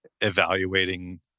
evaluating